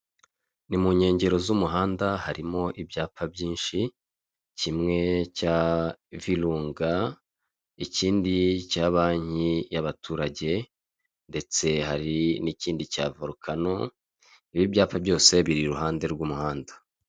Ni mu nkengero z'umuhanda harimo ibyapa byinshi, kimwe cya virunga, ikindi cya banki y'abaturage, ndetse hari n'ikindi cya vorukano, ibi ibyapa byose biri iruhande rw'umuhanda.